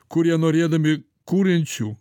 kurie norėdami kuriančių